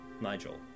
Nigel